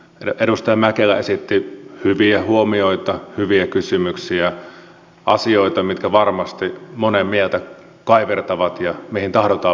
edustaja mäkelä esitti hyviä huomioita hyviä kysymyksiä asioita mitkä varmasti monen mieltä kaivertavat ja mihin tahdotaan vastauksia